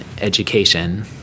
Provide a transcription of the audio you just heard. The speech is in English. education